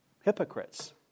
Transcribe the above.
hypocrites